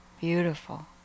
Beautiful